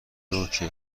روکه